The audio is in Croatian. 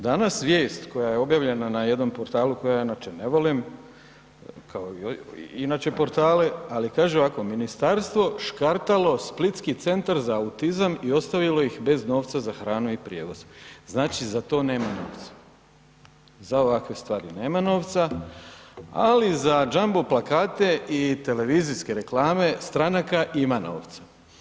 Danas vijest koja je objavljena na jednom portalu koji ja inače ne volim, kao i inače portale, ali kaže ovako: „Ministarstvo škartalo splitski Centar za autizam i ostavilo ih bez novca za hranu i prijevoz“, znači za to nema novca, za ovakve stvari nema novca, ali za jumbo plakate i televizijske reklame stranaka ima novca.